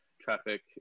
traffic